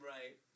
Right